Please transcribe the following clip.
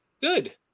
Good